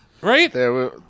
Right